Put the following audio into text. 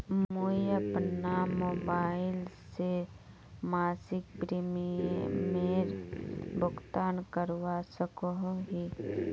मुई अपना मोबाईल से मासिक प्रीमियमेर भुगतान करवा सकोहो ही?